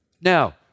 Now